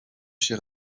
się